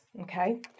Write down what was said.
Okay